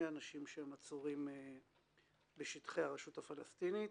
אנשים שעצורים בשטחי הרשות הפלסטינית.